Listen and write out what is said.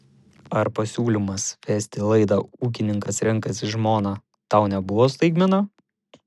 ar pasiūlymas vesti laidą ūkininkas renkasi žmoną tau nebuvo staigmena